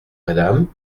madame